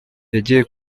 yajyiye